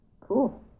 Cool